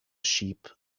sheep